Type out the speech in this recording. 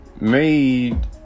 made